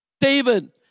David